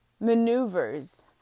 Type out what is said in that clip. maneuvers